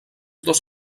dos